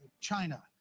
china